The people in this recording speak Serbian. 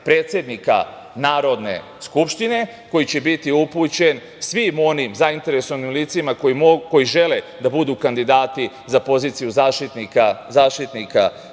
predsednika Narodne skupštine, koji će biti upućen svim onim zainteresovanim licima koja žele da budu kandidati za poziciju Zaštitnika